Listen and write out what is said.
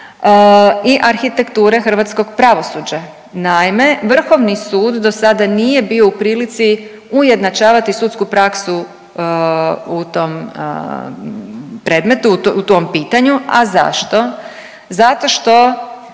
i arhitekture hrvatskog pravosuđa. Naime, vrhovni sud dosada nije bio u prilici ujednačavati sudsku praksu u tom predmetu, u tom pitanju, a zašto? Zato što